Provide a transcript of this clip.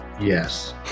Yes